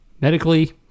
medically